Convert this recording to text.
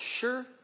sure